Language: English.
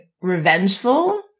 revengeful